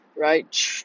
right